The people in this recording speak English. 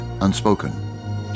unspoken